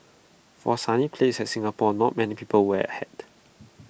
for A sunny place like Singapore not many people wear A hat